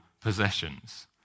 possessions